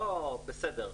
בסדר,